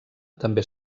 també